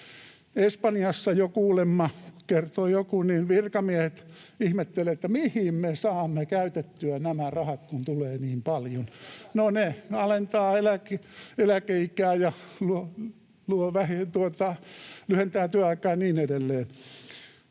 Espanjassa jo kuulemma, kertoo joku, virkamiehet ihmettelevät, että mihin me saamme käytettyä nämä rahat, kun tulee niin paljon. No, ne alentavat eläkeikää ja lyhentävät työaikaa ja niin edelleen.